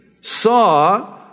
saw